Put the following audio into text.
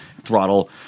throttle